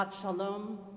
Shalom